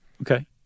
Okay